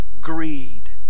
greed